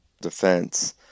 defense